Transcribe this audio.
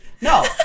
No